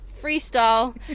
freestyle